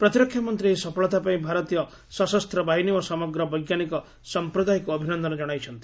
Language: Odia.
ପ୍ରତିରକ୍ଷା ମନ୍ତ୍ରୀ ଏହି ସଫଳତା ପାଇଁ ଭାରତୀୟ ସଶସ୍ତ ବାହିନୀ ଓ ସମଗ୍ର ବୈଜ୍ଞାନିକ ସମ୍ପ୍ରଦାୟକୁ ଅଭିନନ୍ଦନ ଜଣାଇଛନ୍ତି